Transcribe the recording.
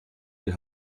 die